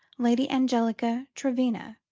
lady angelica trevenna,